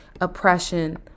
oppression